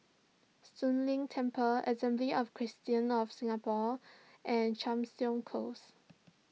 Soon Leng Temple Assembly of Christians of Singapore and Chepstow Close